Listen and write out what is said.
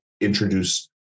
introduce